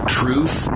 truth